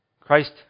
Christ